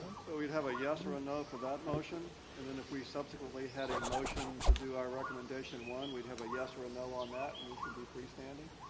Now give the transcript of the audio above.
so we'd have a yes or a no for that motion and then if we subsequently had a motion to do our recommendation one, we'd have a yes or a no on that and each would be freestanding?